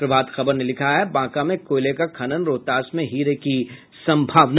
प्रभात खबर ने लिखा है बांका में कोयले का खनन रोहतास में हीरे की संभावना